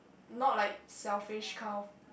not like selfish kind of